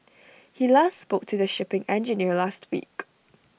he last spoke to the shipping engineer last week